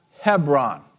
Hebron